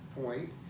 point